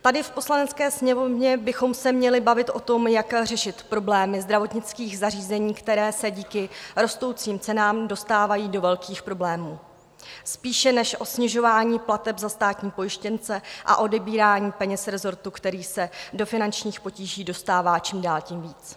Tady v Poslanecké sněmovně bychom se měli bavit o tom, jak řešit problémy zdravotnických zařízení, která se díky rostoucím cenám dostávají do velkých problémů, spíše než o snižování plateb za státní pojištěnce a odebírání peněz resortu, který se do finančních potíží dostává čím dál tím víc.